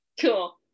Cool